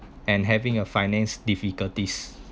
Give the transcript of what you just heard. and having a finance difficulties